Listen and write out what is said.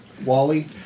Wally